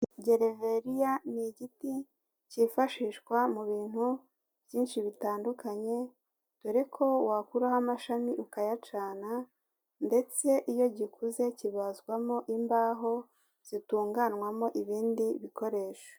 Gereveriya ni igiti cyifashishwa mu bintu byinshi bitandukanye, dore ko wakuraho amashami ukayacana, ndetse iyo gikuze kibazwamo imbaho zitunganywamo ibindi bikoresho.